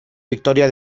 victoria